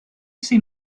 seen